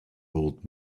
old